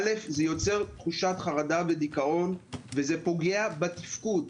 א', זה יוצר תחושת חרדה ודיכאון וזה פוגע בתפקוד.